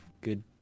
good